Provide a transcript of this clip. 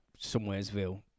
somewheresville